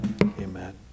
Amen